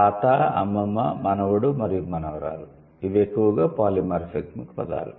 తాత అమ్మమ్మ మనవడు మరియు మనవరాలు ఇవి ఎక్కువగా పాలిమార్ఫెమిక్ పదాలు